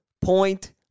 point